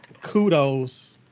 kudos